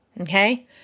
Okay